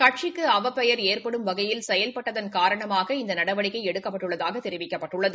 கடசிக்கு அவப்பெயர் ஏற்படும் வகையில் செயல்பட்டதன் காரணமாக இந்த நடவடிக்கை எடுக்கப்பட்டுள்ளதாக தெரிவிக்கப்பட்டுள்ளது